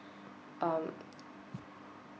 um